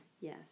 Yes